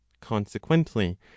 Consequently